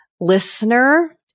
Listener